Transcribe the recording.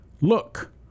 Look